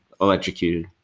electrocuted